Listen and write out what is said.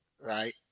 right